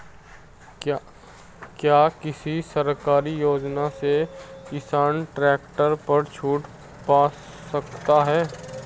क्या किसी सरकारी योजना से किसान ट्रैक्टर पर छूट पा सकता है?